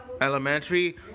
Elementary